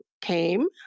came